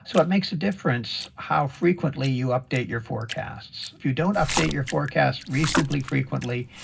so it makes a difference how frequently you update your forecasts. if you don't update your forecasts reasonably frequently,